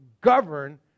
govern